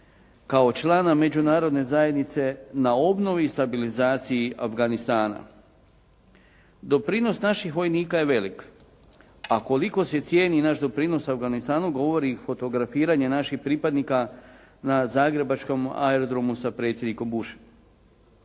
kao člana Međunarodne zajednice na obnovi i stabilizaciji Afganistana. Doprinos naših vojnika je velik. A koliko se cijeni naš doprinos u Afganistanu govori i fotografiranje naših pripadnika na zagrebačkom aerodromu sa predsjednikom Bushom.